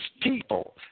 people